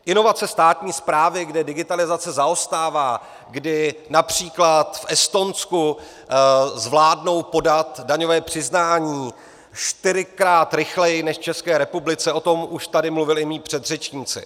Inovace státní správy, kde digitalizace zaostává, kdy například v Estonsku zvládnou podat daňové přiznání čtyřikrát rychleji než v České republice, o tom už tady mluvili i mí předřečníci.